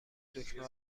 دکمه